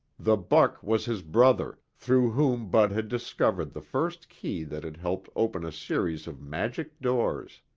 the buck was his brother, through whom bud had discovered the first key that had helped open a series of magic doors.